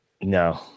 No